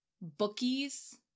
bookies